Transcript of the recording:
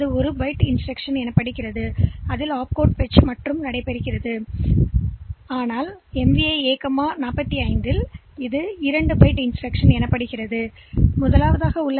எனவே நீங்கள் முழு இன்ஸ்டிரக்ஷன்யும் பெறுகிறீர்கள் ஆனால் இங்கே அது நடக்காது ஏனென்றால் இப்போது இது 2 பைட்டுகளைப் பெற முயற்சிக்கும் ஏனென்றால் இது எம்விஐ ஏ 45 ஹெச் குறியீட்டைப் பார்க்கும்